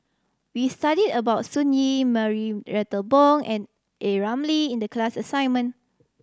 we studied about Yee Marie Bong and A Ramli in the class assignment